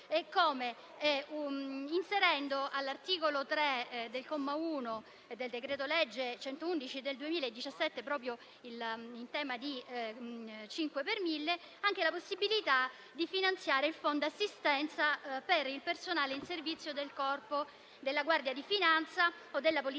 Lo fa inserendo all'articolo 3, del comma 1, del decreto-legge n. 111 del 2017, proprio in tema di 5 per mille, anche la possibilità di finanziare il Fondo assistenza per il personale in servizio del corpo della Guardia di finanza, della Polizia